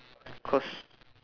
cause